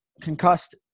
concussed